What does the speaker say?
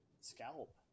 scalp